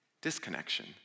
disconnection